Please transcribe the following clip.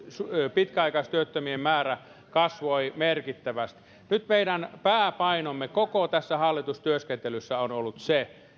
pitkäaikaistyöttömien määrä kasvoi merkittävästi nyt meidän pääpainomme koko tässä hallitustyöskentelyssä on ollut siinä